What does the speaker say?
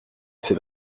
fait